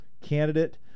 candidate